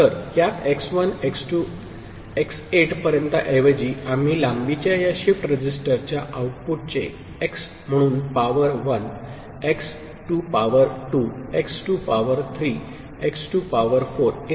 तर यात x1 x2 x8 पर्यंत ऐवजी आम्ही लांबीच्या या शिफ्ट रजिस्टरच्या आऊटपुटचे x म्हणून power 1 x to power 2 x to power 3 x to power 4 e